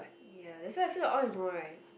ya that's why I feel like all the more right